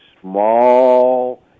small